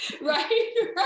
Right